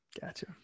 Gotcha